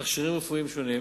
תכשירים רפואיים שונים